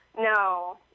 No